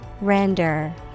Render